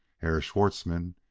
herr schwartzmann,